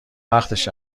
وقتش